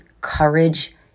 courage